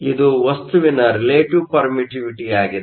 ಇದು ವಸ್ತುವಿನ ರಿಲೆಟಿವ್ ಪರ್ಮಿಟ್ಟಿವಿಟಿಯಾಗಿದೆ